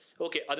Okay